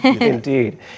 Indeed